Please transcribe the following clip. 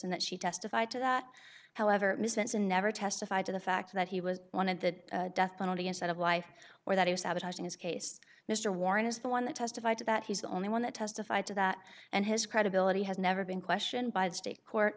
and that she testified to that however misspent and never testified to the fact that he was wanted that death penalty instead of life or that he was out in his case mr warren is the one that testified to that he's the only one that testified to that and his credibility has never been questioned by the state court